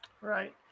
Right